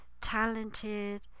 talented